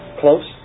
Close